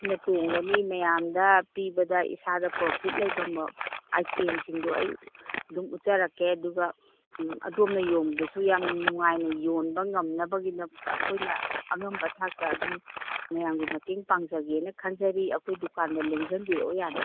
ꯁꯤꯅ ꯇꯣꯡꯒꯅꯤ ꯃꯌꯥꯝꯗ ꯄꯤꯕꯗ ꯏꯁꯥꯗ ꯄ꯭ꯔꯣꯐꯤꯠ ꯂꯩꯕ ꯑꯥꯏꯇꯦꯝꯁꯤꯡꯗꯣ ꯑꯩ ꯑꯗꯨꯝ ꯎꯠꯆꯔꯛꯀꯦ ꯑꯗꯨꯒ ꯑꯗꯣꯝꯅ ꯌꯣꯟꯕꯗꯁꯨ ꯌꯥꯝ ꯅꯨꯡꯉꯥꯏꯅ ꯌꯣꯟꯕ ꯉꯝꯅꯕꯒꯤꯗꯃꯛꯇ ꯑꯩꯈꯣꯏꯅ ꯑꯉꯝꯕ ꯊꯥꯛꯇ ꯑꯗꯨꯝ ꯃꯌꯥꯝꯒꯤ ꯃꯇꯦꯡ ꯄꯥꯡꯖꯒꯦꯅ ꯈꯟꯖꯔꯤ ꯑꯩꯈꯣꯏ ꯗꯨꯀꯥꯟꯗ ꯂꯦꯡꯖꯟꯕꯤꯔꯛꯑꯣ ꯌꯥꯅꯤ